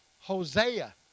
Hosea